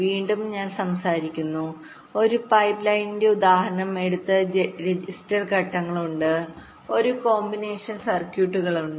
വീണ്ടും ഞാൻ സംസാരിക്കുന്നു ഒരു പൈപ്പ്ലൈനിന്റെ ഉദാഹരണം എടുത്ത് രജിസ്റ്റർ ഘട്ടങ്ങളുണ്ട് ഒരു കോമ്പിനേഷൻ സർക്യൂട്ടുകളുണ്ട്